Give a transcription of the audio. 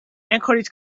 encourage